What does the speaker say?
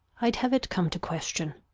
i'd have it come to question.